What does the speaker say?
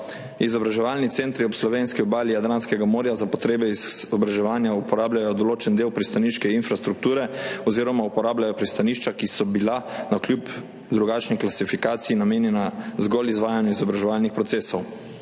Izobraževalni centri ob slovenski obali Jadranskega morja za potrebe izobraževanja uporabljajo določen del pristaniške infrastrukture oziroma uporabljajo pristanišča, ki so bila navkljub drugačni klasifikaciji namenjena zgolj izvajanju izobraževalnih procesov.